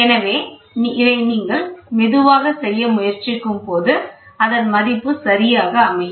எனவே இதை நீங்கள் மெதுவாக செய்ய முயற்சிக்கும்போது அதன் மதிப்பு சரியாக அமையும்